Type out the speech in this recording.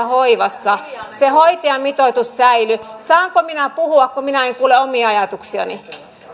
hoivassa se hoitajamitoitus säilyy saanko minä puhua kun minä en kuule omia ajatuksiani